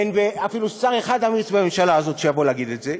אין אפילו שר אחד אמיץ בממשלה הזאת שיבוא להגיד את זה.